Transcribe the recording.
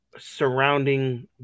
surrounding